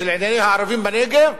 של ענייני הערבים בנגב,